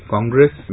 Congress